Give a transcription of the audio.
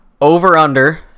over-under